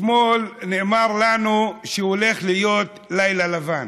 אתמול נאמר לנו שהולך להיות לילה לבן.